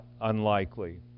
unlikely